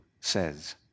says